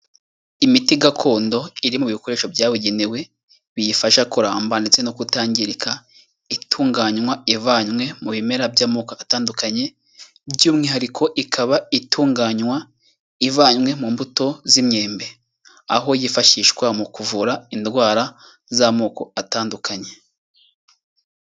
Imiti gakondo iri mu bikoresho byabugenewe biyifasha kuramba ndetse no kutangirika, itunganywa ivanywe mu bimera by'amoko atandukanye, by'umwihariko ikaba itunganywa ivanywe mu mbuto z'imyembe, aho yifashishwa mu kuvura indwara z'amoko atandukanye.